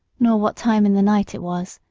nor what time in the night it was,